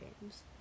games